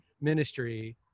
ministry